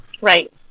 Right